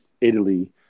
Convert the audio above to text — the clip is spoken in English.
Italy